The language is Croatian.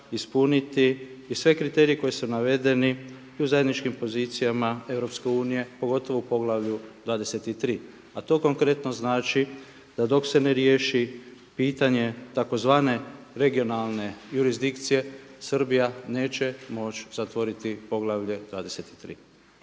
ispuniti i sve kriterije koji su navedeni i u zajedničkim pozicijama EU, pogotovo u poglavlju 23. A to konkretno znači, da dok se ne riješi pitanje tzv. regionalne jurisdikcije Srbija neće moći zatvoriti poglavlje 23.